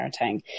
parenting